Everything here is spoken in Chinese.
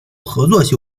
合作